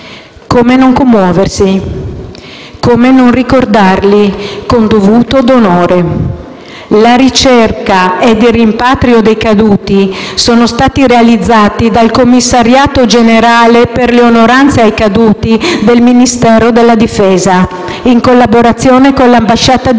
Come non commuoversi? Come non ricordarli con il dovuto onore? La ricerca e il rimpatrio dei caduti sono stati realizzati dal commissariato generale per le onoranze ai caduti del Ministero della difesa, in collaborazione con l'ambasciata